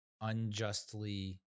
unjustly